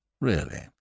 Really